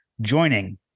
joining